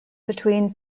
between